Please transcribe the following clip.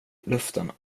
luften